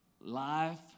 life